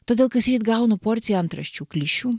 todėl kasryt gaunu porciją antraščių klišių